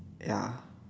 ya